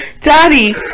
daddy